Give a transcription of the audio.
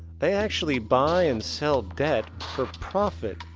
they actually buy and sell debt for profit.